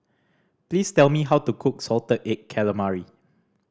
please tell me how to cook salted egg calamari